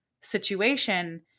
situation